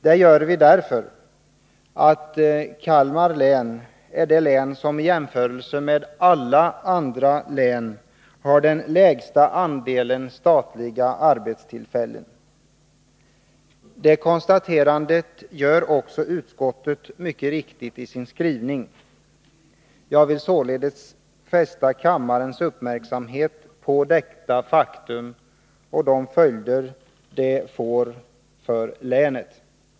Det gör vi därför att Kalmar län är det län som i jämförelse med alla andra län har den lägsta andelen statliga arbetstillfällen. Det konstaterandet gör också utskottet mycket riktigt i sin skrivning. Jag vill således fästa kammarens uppmärksamhet på detta faktum och de följder som det innebär för länet.